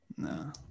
no